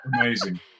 Amazing